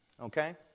okay